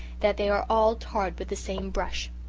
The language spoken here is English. that they are all tarred with the same brush.